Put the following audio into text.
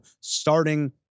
starting